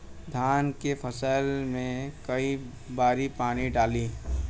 धान के फसल मे कई बारी पानी डाली?